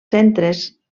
centres